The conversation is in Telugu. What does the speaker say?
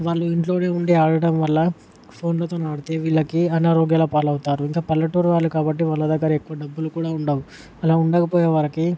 వాళ్లు ఇంట్లోనే ఉండి ఆడటం వల్ల ఫోన్లతోని ఆడితే వీళ్లకి అనారోగ్యాల పాలవుతారు ఇంక పల్లెటూరు వాళ్లు కాబట్టి వాళ్ల దగ్గర ఎక్కువ డబ్బులు కూడా ఉండవు అలా ఉండకపోయే వారికి